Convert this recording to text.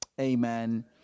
Amen